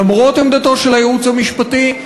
למרות עמדתו של הייעוץ המשפטי,